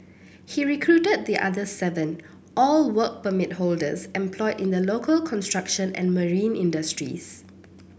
he recruited the other seven all Work Permit holders employed in the local construction and marine industries